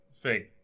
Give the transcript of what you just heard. fake